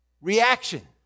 Reaction